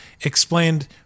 explained